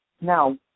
Now